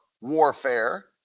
warfare